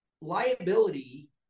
liability